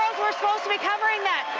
we're supposed to be covering that.